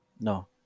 no